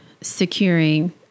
securing